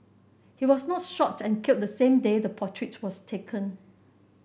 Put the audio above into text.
he was not shot and killed the same day the portrait was taken